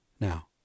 Now